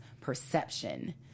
perception